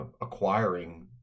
acquiring